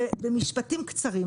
במשפטים קצרים,